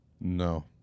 No